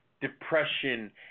depression